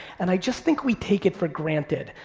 and i just think we take it for granted.